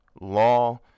law